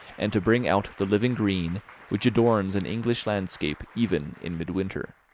and to bring out the living green which adorns an english landscape even in midwinter.